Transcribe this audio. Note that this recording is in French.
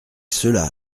cela